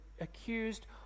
accused